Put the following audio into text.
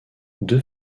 deux